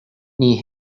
nii